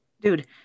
Dude